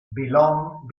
belong